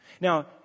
Now